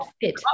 fit